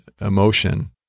emotion